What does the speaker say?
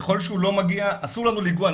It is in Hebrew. ככל שהוא לא מגיע אסור לנו לנגוע.